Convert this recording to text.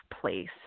place